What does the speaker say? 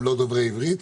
הם לא דוברי עברית?